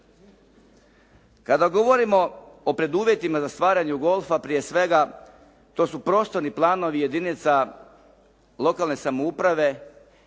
Kada govorimo o preduvjetima za stvaranje golfa prije svega to su prostorni planovi jedinica lokalne samouprave